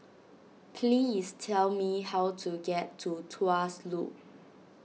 please tell me how to get to Tuas Loop